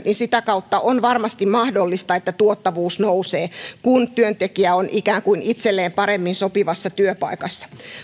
sitä kautta on varmasti mahdollista että tuottavuus nousee kun työntekijä on itselleen paremmin sopivassa työpaikassa